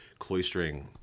cloistering